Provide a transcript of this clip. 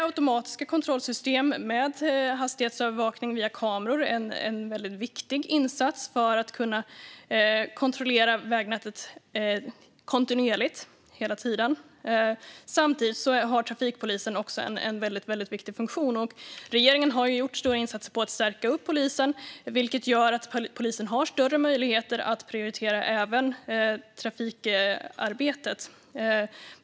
Automatiska kontrollsystem med hastighetsövervakning via kameror är en viktig insats för att kunna kontrollera vägnätet kontinuerligt. Samtidigt har trafikpolisen en viktig funktion. Regeringen har gjort stora insatser för att stärka polisen, vilket gör att de har större möjligheter att prioritera trafikarbetet.